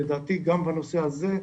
לדעתי בנושא הזה,